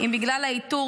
אם בגלל האיתור,